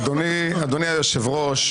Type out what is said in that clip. לגעת בחוקי היסוד.